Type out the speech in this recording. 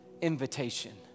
invitation